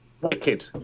Wicked